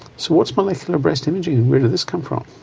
so what's molecular breast imaging where did this come from?